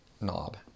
knob